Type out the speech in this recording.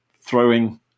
throwing